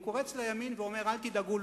הוא קורץ לימין ואומר: אל תדאגו,